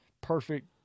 perfect